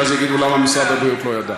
ואז יגידו: למה משרד הבריאות לא ידע?